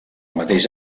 mateix